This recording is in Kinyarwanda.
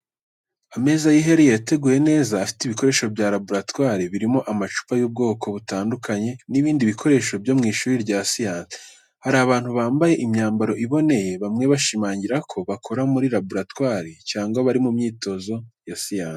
Ameza yihariye yateguwe neza afite ibikoresho bya laboratwari birimo amacupa y’ubwoko butandukanye n'ibindi bikoresho byo mu ishuri rya siyansi. Hari abantu bambaye imyambaro iboneye, bamwe bashimangira ko bakora muri laboratwari cyangwa bari mu myitozo ya siyansi.